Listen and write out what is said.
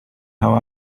how